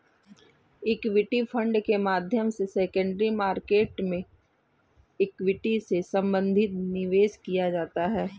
equity fund के माध्यम से सेकेंडरी मार्केट में इक्विटी से संबंधित निवेश किया जाता है